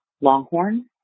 Longhorn